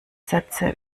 sätze